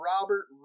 Robert